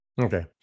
okay